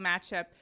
matchup